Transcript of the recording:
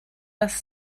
dass